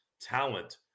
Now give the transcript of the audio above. talent